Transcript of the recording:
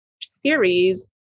series